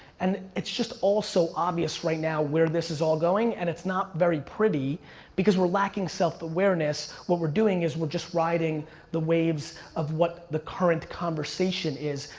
and it's just all so obvious right now, where this is all going, and it's not very privy because we're lacking self-awareness. what we're doing is we're just riding the waves of what the current conversation is.